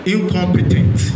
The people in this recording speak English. Incompetent